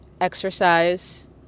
exercise